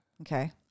Okay